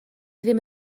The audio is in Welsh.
ddim